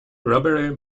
robbery